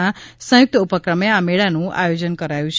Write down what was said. ના સંયુકત ઉપક્રમે આ મેળાનું આયોજન કરાયું છે